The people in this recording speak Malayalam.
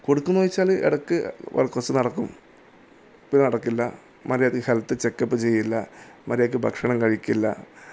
കൊടുക്കുന്നു വെച്ചാൽ ഇടക്ക് കുറച്ചു നടക്കും പിന്നെ നടക്കില്ല മര്യാദക്ക് ഹെൽത്ത് ചെക്കപ്പ് ചെയ്യില്ല മര്യാദക്ക് ഭക്ഷണം കഴിക്കില്ല